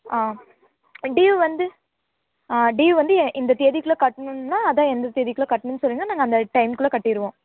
ஆ டீவ் வந்து ஆ டீவ் வந்து இந்த தேதிக்குள்ள கட்டணும்னா அதான் எந்த தேதிக்குள்ள கட்டணும்னு சொன்னிங்கனா நாங்கள் அந்த டைமுக்குள்ள கட்டிடுவோம்